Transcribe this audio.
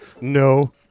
No